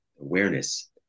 awareness